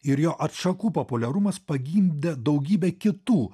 ir jo atšakų populiarumas pagimdė daugybę kitų